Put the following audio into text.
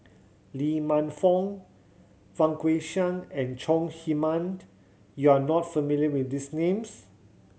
Lee Man Fong Fang Guixiang and Chong Heman you are not familiar with these names